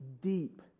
deep